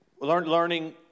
Learning